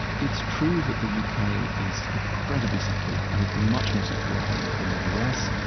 it's true that the u k. is incredibly secular. i mean, it's much more secular than than the u s.